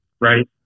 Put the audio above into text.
Right